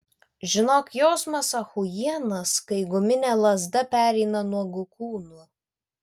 žinok jausmas achujienas kai guminė lazda pereina nuogu kūnu